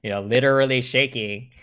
you know literally cd